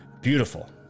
beautiful